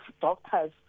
doctors